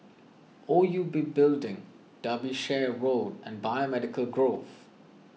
O U B Building Derbyshire Road and Biomedical Grove